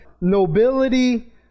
nobility